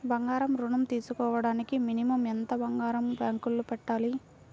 బంగారం ఋణం తీసుకోవడానికి మినిమం ఎంత బంగారం బ్యాంకులో పెట్టాలి?